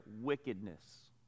wickedness